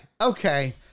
okay